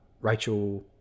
Rachel